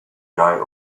guy